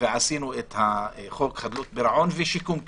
ושיקום כלכלי,